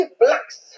blacks